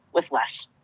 with less.